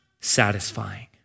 satisfying